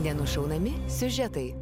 jie nušaunami siužetai